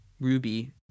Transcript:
ruby